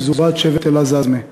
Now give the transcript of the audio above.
מפזורת שבט עזאזמה.